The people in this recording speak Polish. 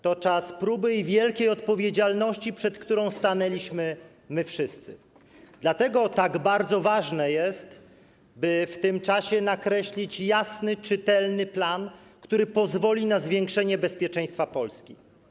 To czas próby i wielkiej odpowiedzialności, przed którą stanęliśmy my wszyscy, dlatego tak bardzo ważne jest, by w tym czasie nakreślić jasny, czytelny plan, który pozwoli na zwiększenie bezpieczeństwa Polski.